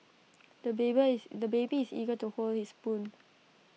the is the baby is eager to hold his spoon